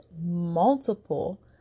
multiple